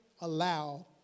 allow